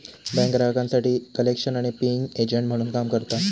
बँका ग्राहकांसाठी कलेक्शन आणि पेइंग एजंट म्हणून काम करता